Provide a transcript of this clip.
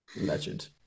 Legend